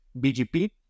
BGP